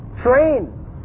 train